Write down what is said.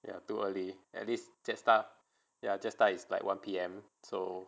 ya too early at least jetstar ya jetstar is like one P_M